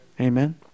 amen